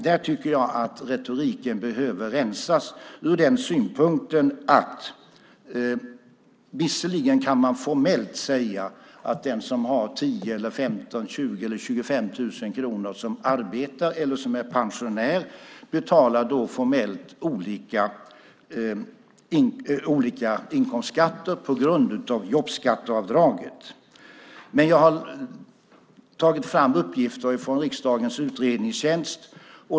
Där tycker jag att retoriken behöver rensas ur synpunkten att man visserligen kan säga att den som har 10 000, 15 000, 20 000 eller 25 000 kronor i lön och som arbetar eller är pensionär formellt betalar olika inkomstskatter på grund av jobbskatteavdraget. Jag har tagit fram uppgifter från riksdagens utredningstjänst.